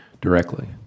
directly